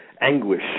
anguish